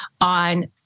on